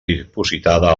dipositada